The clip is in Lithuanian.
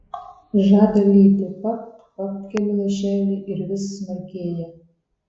žada lyti papt papt keli lašeliai ir vis smarkėja